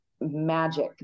magic